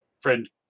friend